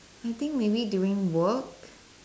I think maybe during work